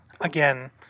again